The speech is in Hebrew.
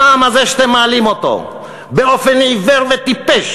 המע"מ הזה, שאתם מעלים אותו באופן עיוור וטיפש,